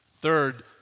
Third